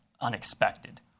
unexpected